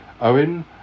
Owen